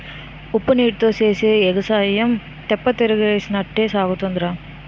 ఉప్పునీటీతో సేసే ఎగసాయం తెప్పతగలేసినట్టే సాగుతాదిరా